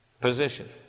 Position